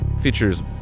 features